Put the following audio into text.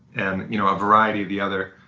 and you know a variety of the other